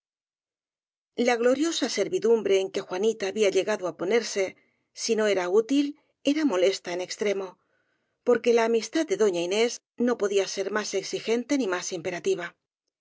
la gloriosa servidumbre en que juanita había llegado á ponerse si no era útil era molesta en ex tremo porque la amistad de doña inés no podía ser más exigente ni más imperativa